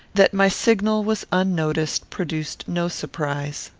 that my signal was unnoticed produced no surprise.